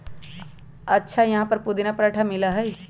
अच्छा यहाँ पर पुदीना पराठा मिला हई?